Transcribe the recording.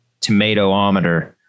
tomatoometer